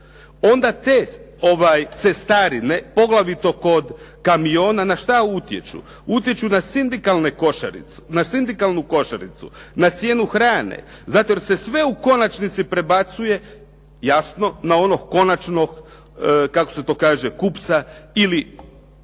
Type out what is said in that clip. Onda te cestarine poglavito kod kamiona na šta utječu. Utječu na sindikalnu košaricu, na cijenu hrane. Zato jer se sve u konačnici prebacuje, jasno na onog konačnog kupca ili